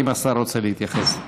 האם השר רוצה להתייחס?